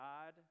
God